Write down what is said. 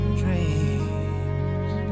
dreams